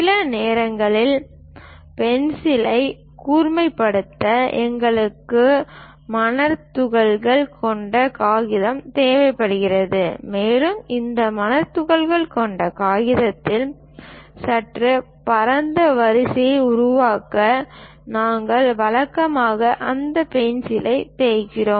சில நேரங்களில் பென்சிலைக் கூர்மைப்படுத்த எங்களுக்கு மணர்த்துகள்கள் கொண்ட காகிதம் தேவைப்படுகிறது மேலும் இந்த மணர்த்துகள்கள் கொண்ட காகிதத்தில் சற்று பரந்த வரிகளை உருவாக்க நாங்கள் வழக்கமாக இந்த பென்சிலைத் தேய்க்கிறோம்